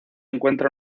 encuentra